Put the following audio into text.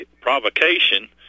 provocation